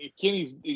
Kenny's